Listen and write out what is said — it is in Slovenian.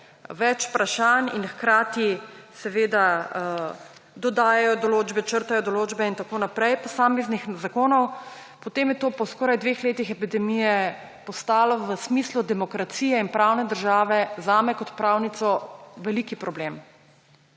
več vprašanj in hkrati seveda dodajajo določbe, črtajo določbe in tako naprej posameznih zakonov, potem je to po skoraj 2 letih epidemije postalo v smislu demokracije in pravne države zame kot pravnico veliki problem.